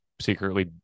secretly